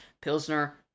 Pilsner